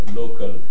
local